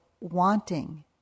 wanting